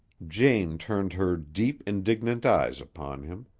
jane turned her deep, indignant eyes upon him.